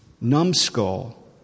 numbskull